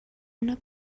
una